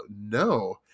no